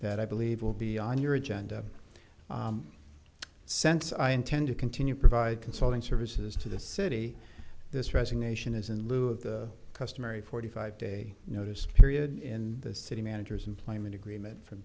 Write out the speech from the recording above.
that i believe will be on your agenda since i intend to continue provide consulting services to the city this resignation is in lieu of the customary forty five day notice period in the city managers employment agreement from